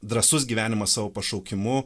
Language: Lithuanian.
drąsus gyvenimas savo pašaukimu